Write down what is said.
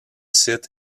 sit